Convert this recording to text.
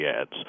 ads